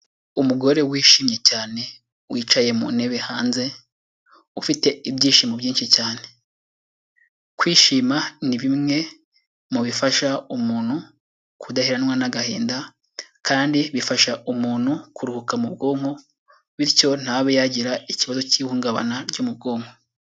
Umugore wishimye cyane, wicaye mu ntebe hanze, ufite ibyishimo byinshi cyane. Kwishima ni bimwe mu bifasha umuntu kudaheranwa n'agahinda kandi bifasha umuntu kuruhuka mu bwonko bityo ntabe yagira ikibazo cy'ihungabana ryo mu bwonko.